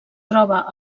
troba